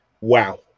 Wow